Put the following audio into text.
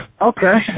Okay